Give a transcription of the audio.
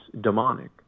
demonic